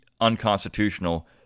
unconstitutional